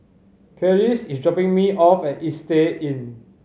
Kelis is dropping me off at Istay Inn